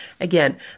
Again